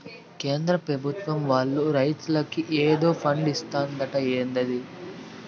కేంద్ర పెభుత్వం వాళ్ళు రైతులకి ఏదో ఫండు ఇత్తందట ఏందది